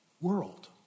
world